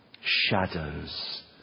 shadows